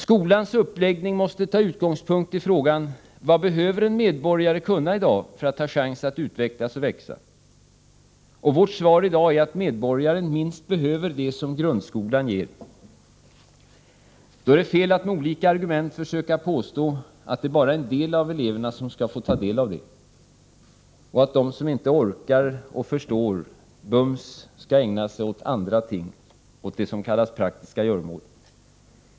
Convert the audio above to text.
Skolans uppläggning måste ta utgångspunkt i frågan: Vad behöver en medborgare kunna i dag för att ha chans att utvecklas och växa? Vårt svar är att medborgaren behöver minst det som grundskolan ger. Då vore det fel att med olika argument försöka påstå att det bara är en del av eleverna som skall få ta del av den utbildningen och att de som inte orkar eller förstår bums skall ägna sig åt andra ting, åt det som kallas praktiska göromål.